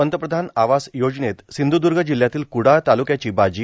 पंतप्रधान आवास योजनेत सिंध्रद्र्ग जिल्हयातील कुडाळ तालुक्याची बाजी